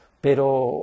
pero